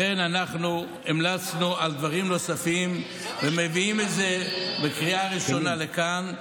לכן אנחנו המלצנו על דברים נוספים ומביאים את זה בקריאה ראשונה לכאן,